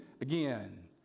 again